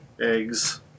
eggs